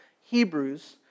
Hebrews